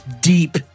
deep